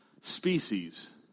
species